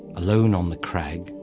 alone on the crag,